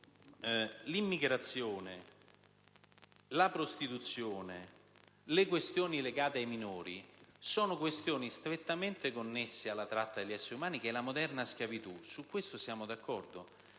l'immigrazione, la prostituzione, le questioni legate ai minori sono strettamente connesse alla tratta degli esseri umani, che è la moderna schiavitù. Su questo siamo d'accordo,